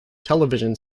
television